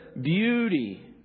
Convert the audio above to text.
beauty